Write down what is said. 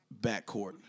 backcourt